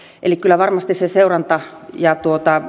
eli kyllä varmasti se seuranta ja